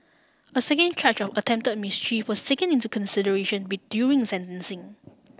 a second charge of attempted mischief was taken into consideration during sentencing